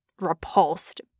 repulsed